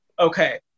Okay